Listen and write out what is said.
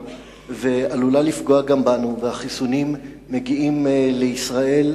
ועלולה לפגוע גם בנו והחיסונים מגיעים לישראל,